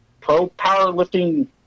pro-powerlifting